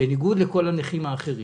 בניגוד לכל הנכים האחרים.